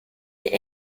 est